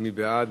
מי בעד?